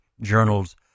journals